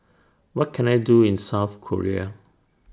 What Can I Do in South Korea